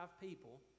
people